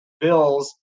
bills